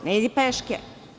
Ne ide peške.